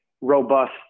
robust